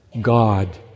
God